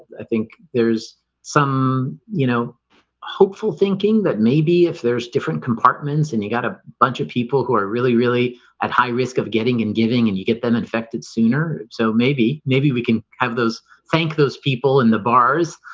i think there's some you know hopeful thinking that maybe if there's different compartments and you got a bunch of people who are really really at high risk of getting and giving and you get them infected sooner. so maybe maybe we can have those thank those people in the bars